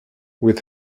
with